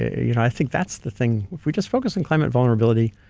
you know i think that's the thing. if we just focus on climate vulnerability,